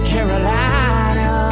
Carolina